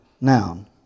noun